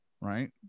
right